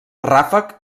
ràfec